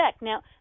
Now